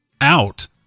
out